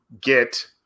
get